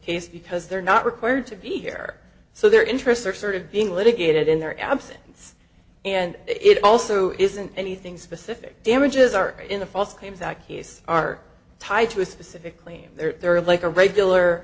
case because they're not required to be here so their interests are sort of being litigated in their absence and it also isn't anything specific damages are in the false claims act case are tied to a specific claim there like a regular